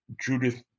Judith